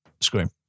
Scream